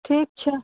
ठीक छै